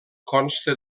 consta